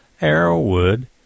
Arrowwood